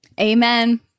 Amen